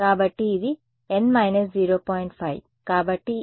కాబట్టి ఇది n 0